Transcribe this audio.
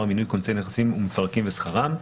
מינוי כונסי נכסים ומפרקים ושכרם).